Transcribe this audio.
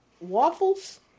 waffles